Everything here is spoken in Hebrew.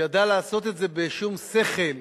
שידע לעשות את זה בשום שכל,